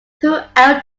throughout